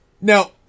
Now